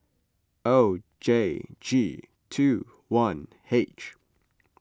O J G two one H